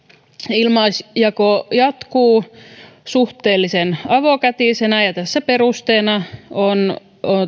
ilmaisjako jatkuu suhteellisen avokätisenä ja tässä perusteena on